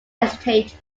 acetate